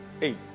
Eight